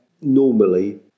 normally